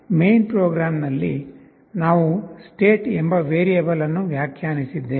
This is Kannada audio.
ಮೇನ್ ಪ್ರೋಗ್ರಾಂನಲ್ಲಿ ನಾವು "state" ಎಂಬ ವೇರಿಯೇಬಲ್ ಅನ್ನು ವ್ಯಾಖ್ಯಾನಿಸಿದ್ದೇವೆ